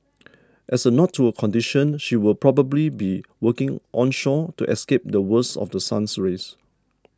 as a nod to her condition she will probably be working onshore to escape the worst of The Sun's rays